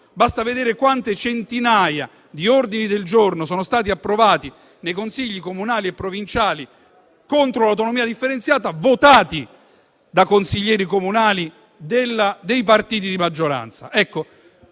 basta vedere quante centinaia di ordini del giorno sono stati approvati nei Consigli comunali e provinciali contro l'autonomia differenziata, votati da consiglieri comunali dei partiti di maggioranza.